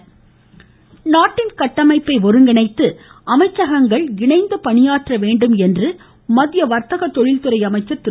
சுரேஷ் பிரபு நாட்டின் கட்டமைப்பை ஒருங்கிணைத்து அமைச்சகங்கள் இணைந்து பணியாற்ற வேண்டும் என்று மத்திய வர்த்தக தொழில்துறை அமைச்சர் திரு